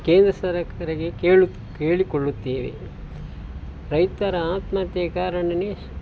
ಕೇಂದ್ರ ಸರ್ಕಾರಕ್ಕೆ ಕೇಳು ಕೇಳಿಕೊಳ್ಳುತ್ತೇವೆ ರೈತರ ಆತ್ಮಹತ್ಯೆಗೆ ಕಾರಣವೇ